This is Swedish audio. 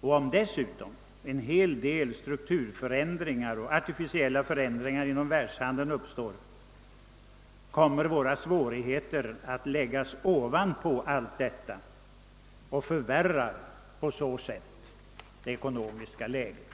och om dessutom en hel del strukturförändringar och artificiella förändringar inom världshandeln uppstår, kommer våra svårigheter att läggas ovanpå allt detta och därigenom ytterligare försämra det ekonomiska läget.